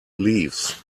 leaves